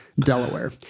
Delaware